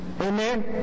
Amen